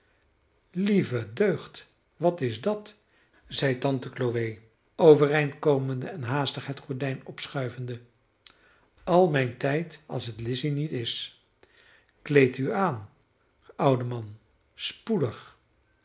lieve deugd wat is dat zeide tante chloe overeind komende en haastig het gordijn opschuivende al mijn tijd als het lizzy niet is kleed u aan oude man spoedig